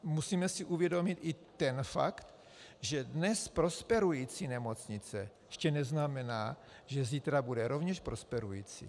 Musíme si uvědomit i ten fakt, že dnes prosperující nemocnice ještě neznamená, že zítra bude rovněž prosperující.